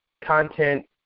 content